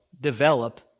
develop